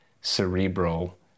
cerebral